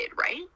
right